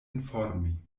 informi